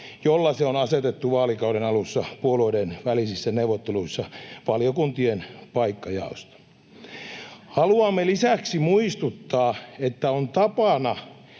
jolla se on asetettu vaalikauden alussa puolueiden välisissä neuvotteluissa valiokuntien paikkajaosta. Haluamme lisäksi muistuttaa, että on tapana,